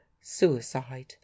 suicide